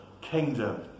kingdom